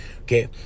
Okay